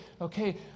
okay